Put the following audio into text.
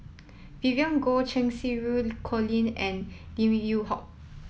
Vivien Goh Cheng Xinru Colin and Lim Yew Hock